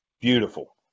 beautiful